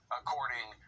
according